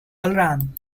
alarm